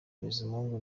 bizimungu